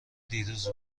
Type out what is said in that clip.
دیروز